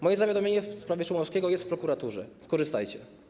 Moje zawiadomienie w sprawie Szumowskiego jest w prokuraturze, skorzystajcie.